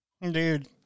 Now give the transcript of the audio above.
Dude